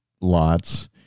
lots